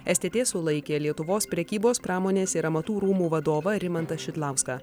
stt sulaikė lietuvos prekybos pramonės ir amatų rūmų vadovą rimantą šidlauską